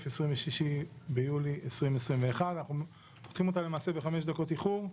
26 ביולי 2021. אנחנו פותחים אותה למעשה בחמש דקות איחור,